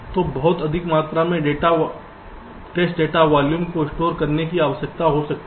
तोबहुत अधिक मात्रा में टेस्ट डाटा वॉल्यूम को स्टोर करने की आवश्यकता हो सकती है